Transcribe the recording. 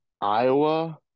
Iowa